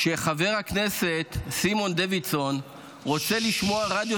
כשחבר הכנסת סימון דוידסון רוצה לשמוע רדיו